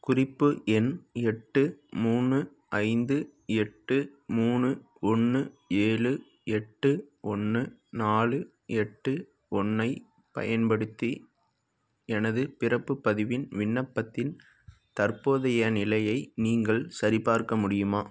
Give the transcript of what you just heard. குறிப்பு எண் எட்டு மூணு ஐந்து எட்டு மூணு ஒன்று ஏழு எட்டு ஒன்று நாலு எட்டு ஒன்றைப் பயன்படுத்தி எனது பிறப்புப் பதிவின் விண்ணப்பத்தின் தற்போதைய நிலையை நீங்கள் சரிபார்க்க முடியுமா